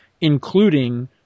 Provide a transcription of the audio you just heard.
including